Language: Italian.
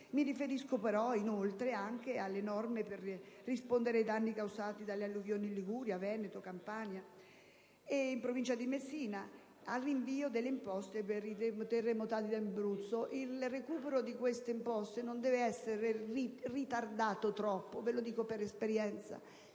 Mi riferisco alle norme per rispondere ai danni causati dalle alluvioni in Liguria, in Veneto, Campania e in Provincia di Messina; al rinvio delle imposte per i terremotati d'Abruzzo. Il recupero di queste imposte non deve essere troppo ritardato. Ve lo dico per esperienza: